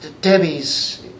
Debbie's